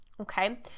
okay